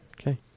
Okay